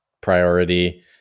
priority